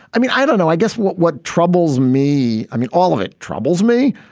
i mean, i don't know, i guess what what troubles me. i mean, all of it troubles me.